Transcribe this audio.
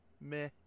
Meh